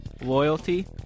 loyalty